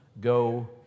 Go